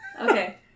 Okay